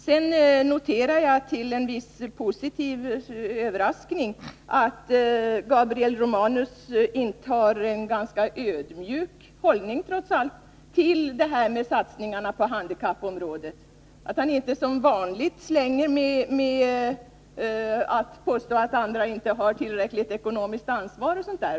Sedan noterar jag som en viss positiv överraskning att Gabriel Romanus trots allt intar en ganska ödmjuk hållning gentemot satsningarna på handikappområdet och inte som vanligt påstår att andra inte har tillräckligt ekonomiskt ansvar osv.